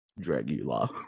Dragula